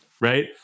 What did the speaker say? Right